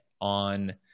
on